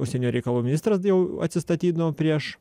užsienio reikalų ministras d atsistatydino prieš